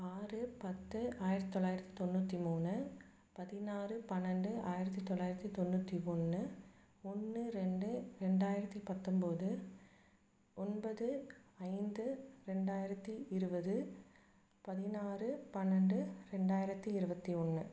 ஆறு பத்து ஆயிரத்து தொள்ளாயிரத்து தொண்ணூற்றி மூணு பதினாறு பன்னெண்டு ஆயிரத்து தொள்ளாயிரத்து தொண்ணூற்றி ஒன்று ஒன்று ரெண்டு ரெண்டாயிரத்து பத்தொம்பது ஒன்பது ஐந்து ரெண்டாயிரத்து இருபது பதினாறு பன்னெண்டு ரெண்டாயிரத்து இருபத்தி ஒன்று